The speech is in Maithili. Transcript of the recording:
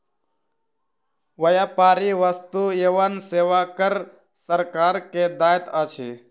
व्यापारी वस्तु एवं सेवा कर सरकार के दैत अछि